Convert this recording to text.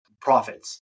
profits